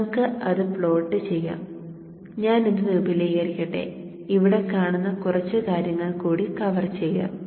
നമുക്ക് അത് പ്ലോട്ട് ചെയ്യാം ഞാൻ ഇത് വിപുലീകരിക്കട്ടെ ഇവിടെ കാണുന്ന കുറച്ച് കാര്യങ്ങൾ കൂടി കവർ ചെയ്യാം